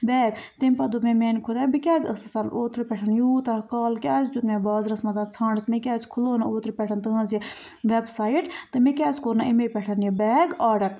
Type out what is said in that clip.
bag تَمہِ پَتہٕ دوٚپ مےٚ میٛانہِ خۄدایا بہٕ کیٛازِ ٲسٕس اوترٕ پٮ۪ٹھ یوٗتاہ کال کیٛازِ دیُت مےٚ بازرَس منٛز ژھانٛڈَس مےٚ کیٛازِ کھولو نہٕ اوترٕ پٮ۪ٹھٮ۪ن تٔہٕنٛز یہِ وٮ۪ب سایٹ تہٕ مےٚ کیٛازِ کوٚر نہٕ ایٚے پٮ۪ٹھ یہِ بیگ آرڈَر